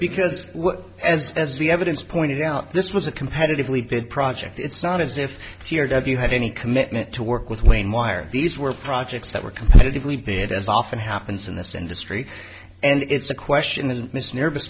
because as as the evidence pointed out this was a competitively bid project it's not as if you have any commitment to work with wayne why are these were projects that were competitively bid as often happens in this industry and it's a question isn't miss nervous